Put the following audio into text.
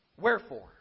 Wherefore